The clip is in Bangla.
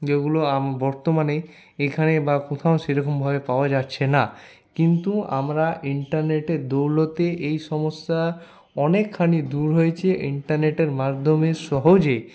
যেগুলো বর্তমানে এখানে বা কোথাও সেরকমভাবে পাওয়া যাচ্ছে না কিন্তু আমরা ইন্টারনেটের দৌলতে এই সমস্যা অনেকখানি দূর হয়েছে ইন্টারনেটের মাধ্যমে সহজে